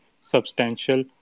substantial